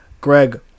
Greg